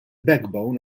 backbone